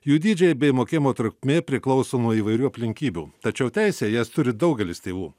jų dydžiai bei mokėjimo trukmė priklauso nuo įvairių aplinkybių tačiau teisę į jas turi daugelis tėvų